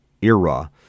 era